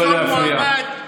אתם רוצים לשלול מועמד שניצח,